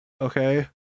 okay